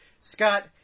Scott